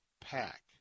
Pack